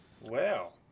Wow